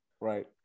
right